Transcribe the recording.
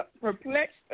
perplexed